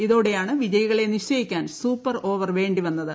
ഇതോടെയാണ് വിജയിക്കള്ള് നിശ്ചയിക്കാൻ സൂപ്പർ ഓവർ വേണ്ടി വന്നത്